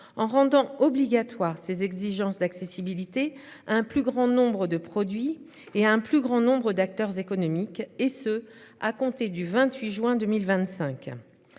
en rendant obligatoire ces exigences d'accessibilité, un plus grand nombre de produits et un plus grand nombre d'acteurs économiques et ce à compter du 28 juin 2025.